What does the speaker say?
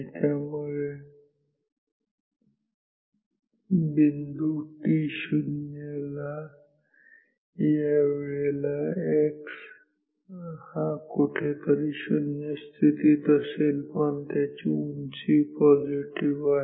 त्यामुळे बिंदू t0 या वेळेला x हा कुठेतरी 0 स्थितीत असेल पण ऊंची पॉझिटिव्ह आहे